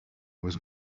was